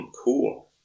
cool